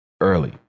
early